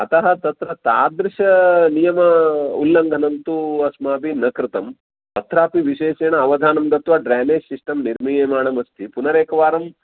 अतः तत्र तादृशनियमम् उल्लङ्घनं तु अस्माभिः न कृतम् अत्रापि विशेषेण अवधानं दत्वा ड्रैनेज् सिस्टं निर्मीयमाणमस्ति पुनरेकवारम्